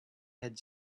had